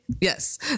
yes